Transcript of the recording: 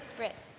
britt?